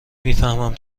میفهمم